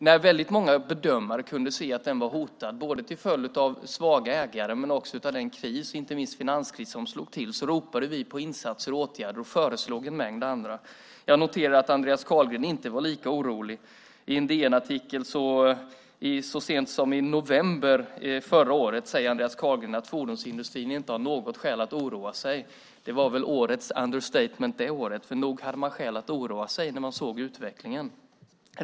När väldigt många bedömare kunde se att den var hotad till följd av svaga ägare och den finanskris som slog till ropade vi på insatser och åtgärder och föreslog en mängd sådana. Jag noterar att Andreas Carlgren inte var lika orolig. I en DN-artikel så sent som i november förra året säger Andreas Carlgren att fordonsindustrin inte har något skäl att oroa sig. Det var väl det årets understatement. Nog hade man skäl att oroa sig när man såg utvecklingen.